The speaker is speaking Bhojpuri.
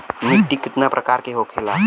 मिट्टी कितना प्रकार के होखेला?